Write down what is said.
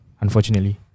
unfortunately